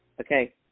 Okay